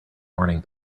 morning